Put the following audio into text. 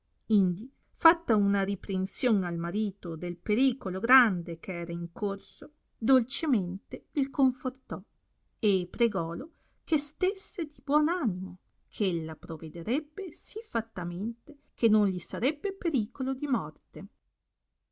indi fatta una riprension al marito del pericolo grande che era incorso dolcemente il confortò e pregòlo che stesse di buon animo eh ella provederebbe sì fattamente che non gli sarebbe pericolo di morte